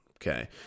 Okay